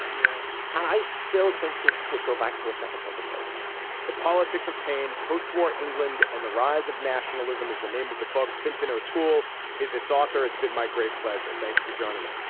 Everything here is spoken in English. yeah. and i still think this could go back to a second public vote the politics of paying post-war england and the rise of nationalism is the name of the book fintan o'toole is its author it's been my great pleasure. thank you for joining me.